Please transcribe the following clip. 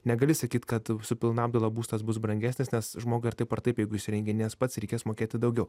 negali sakyt kad su pilna apdaila būstas bus brangesnis nes žmogui ar taip ar taip jeigu įsirenginės pats reikės mokėti daugiau